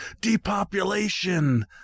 depopulation